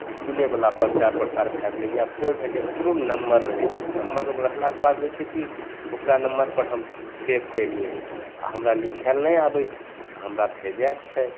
इसकुलेवला प्रचार प्रसार भै गेलै या कोइ भेलै ओकरो नम्बर रहै छै नम्बर रखलाके बाद होइ छै कि ओकरा नम्बरपर हम सेव केलिए आओर हमरा लिखैले नहि आबै छै हमरा भेजैके छै